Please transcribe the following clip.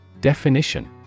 Definition